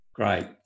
Great